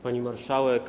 Pani Marszałek!